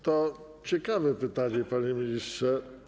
To ciekawe pytanie, panie ministrze.